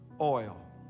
oil